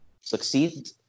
succeed